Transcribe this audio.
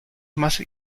más